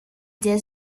did